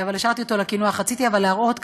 השארתי אותו לקינוח, אבל רציתי להראות כאן: